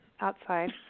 outside